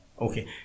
Okay